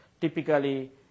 typically